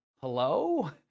hello